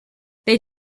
they